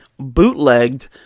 bootlegged